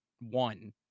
one